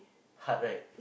hard right